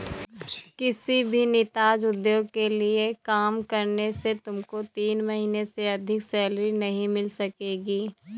किसी भी नीजात उद्योग के लिए काम करने से तुमको तीन महीने से अधिक सैलरी नहीं मिल सकेगी